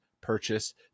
purchase